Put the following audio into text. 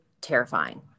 terrifying